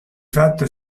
fatto